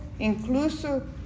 incluso